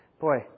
boy